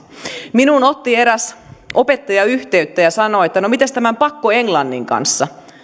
minuun otti eräs opettaja yhteyttä ja sanoi että no mites tämän pakkoenglannin kanssa